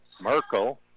Merkel